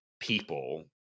people